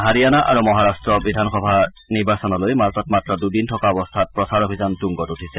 হাৰিয়ানা আৰু মহাৰাট্টৰ বিধানসভা নিৰ্বাচনলৈ মাজত মাত্ৰ দুদিন থকা অৱস্থাত প্ৰচাৰ অভিযান তুংগত উঠিছে